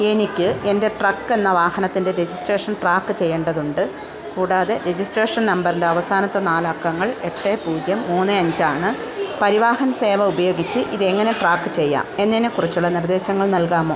എനിക്ക് എൻ്റെ ട്രക്ക് എന്ന വാഹനത്തിൻ്റെ രജിസ്ട്രേഷൻ ട്രാക്ക് ചെയ്യേണ്ടതുണ്ട് കൂടാതെ രജിസ്ട്രേഷൻ നമ്പറിൻ്റെ അവസാനത്തെ നാല് അക്കങ്ങൾ എട്ട് പൂജ്യം മൂന്ന് അഞ്ച് ആണ് പരിവാഹൻ സേവ ഉപയോഗിച്ച് ഇത് എങ്ങനെ ട്രാക്ക് ചെയ്യാം എന്നതിനെ കുറിച്ചുള്ള നിർദ്ദേശങ്ങൾ നൽകാമോ